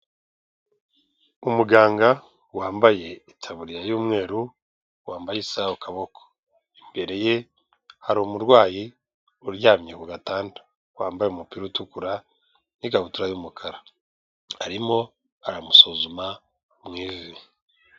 Umuganga wambaye itaburiya y'umweru wambaye isaha ku kuboko imbere ye hari umurwayi uryamye ku gatanda wambaye umupira utukura n'ikabutura y'umukara arimo aramusuzuma mu ivi.